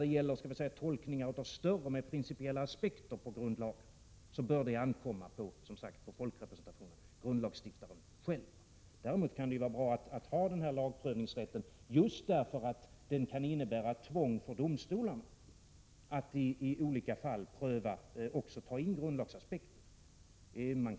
Men när det gäller tolkningen av större, mera principiella aspekter på grundlagen, så bör detta ankomma på folkrepresentationen, grundlagsstiftaren själv. Däremot kan det vara bra att ha den här lagprövningsrätten just därför att den kan innebära ett tvång för domstolarna att i olika fall också ta in grundlagsaspekterna i bilden.